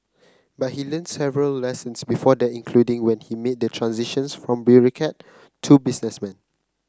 but he learnt several lessons before that including when he made the transition from bureaucrat to businessman